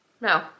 No